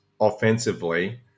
offensively